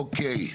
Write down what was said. אוקיי.